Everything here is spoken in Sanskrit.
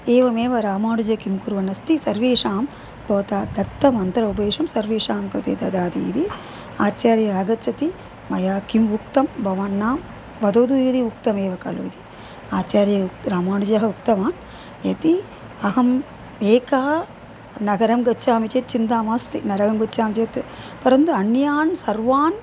एवमेव रामानुजः किं कुर्वन् अस्ति सर्वेषां भवता दत्तमन्त्रोपदेशं सर्वेषां कृते ददाति इदि आचार्यः आगच्छति मया किम् उक्तं भवान् न वदतु यदि उक्तमेव खलु इति आचार्यः उक् रामानुजः उक्तवान् यदि अहम् एकं नगरं गच्छामि चेत् चिन्ता नास्ति नरगं गच्छामि चेत् परन्तु अन्यान् सर्वान्